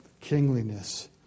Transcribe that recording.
kingliness